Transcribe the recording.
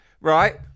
right